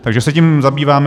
Takže se tím zabýváme.